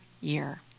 year